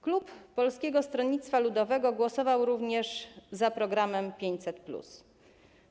Klub Polskiego Stronnictwa Ludowego głosował również za programem 500+.